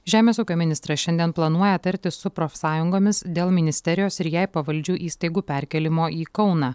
žemės ūkio ministras šiandien planuoja tartis su profsąjungomis dėl ministerijos ir jai pavaldžių įstaigų perkėlimo į kauną